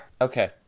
okay